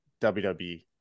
WWE